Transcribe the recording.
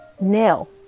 nail